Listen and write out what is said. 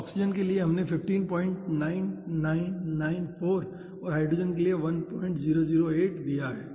तो ऑक्सीजन के लिए हमने 159994 और हाइड्रोजन के लिए 1008 दिया है